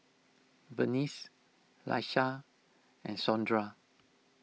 Venice Laisha and Sondra